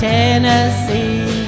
Tennessee